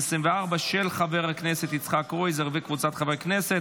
שניים מתנגדים.